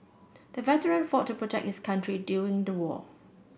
the veteran fought to protect his country during the war